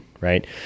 right